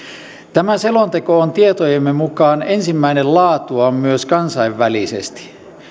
tämä selonteko on tietojemme mukaan ensimmäinen laatuaan myös kansainvälisesti